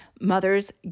mothers